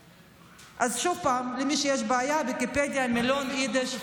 אז עוד פעם, למי שיש בעיה, ויקיפדיה, מילון יידיש.